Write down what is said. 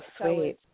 sweet